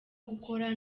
gukora